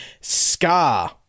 Scar